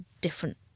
different